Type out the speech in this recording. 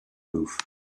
roof